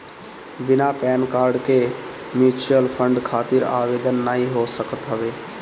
बिना PAN card के mutual fund खातिर आवेदन नाइ हो सकत हवे